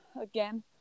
again